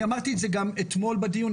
אני אמרתי את זה גם אתמול בדיון,